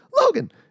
Logan